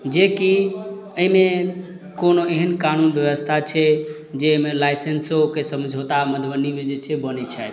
जेकि एहिमे कोनो एहन कानून व्यवस्था छै जे एहिमे लाइसेंसोके समझौता मधुबनीमे जे छै बनै छथि